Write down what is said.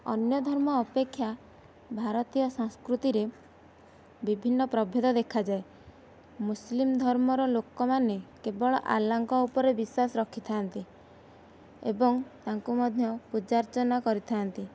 ଅନ୍ୟ ଧର୍ମ ଅପେକ୍ଷା ଭାରତୀୟ ସାଂସ୍କୃତିରେ ବିଭିନ୍ନ ପ୍ରଭେଦ ଦେଖାଯାଏ ମୁସଲିମ ଧର୍ମର ଲୋକମାନେ କେବଳ ଆଲ୍ହାଙ୍କ ଉପରେ ବିଶ୍ୱାସ ରଖିଥାନ୍ତି ଏବଂ ତାଙ୍କୁ ମଧ୍ୟ ପୂଜା ଅର୍ଚ୍ଚନା କରିଥାନ୍ତି